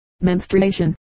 Menstruation